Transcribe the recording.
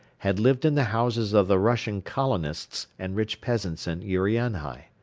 had lived in the houses of the russian colonists and rich peasants in urianhai.